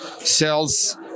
sells